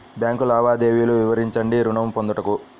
Bank లావాదేవీలు వివరించండి ఋణము పొందుటకు?